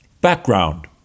Background